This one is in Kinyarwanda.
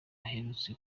iherutse